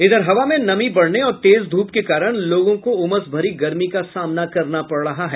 इधर हवा में नमी बढ़ने और तेज ध्रप के कारण लोगों को उमस भरी गर्मी का सामना करना पड़ रहा है